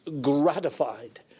gratified